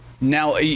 Now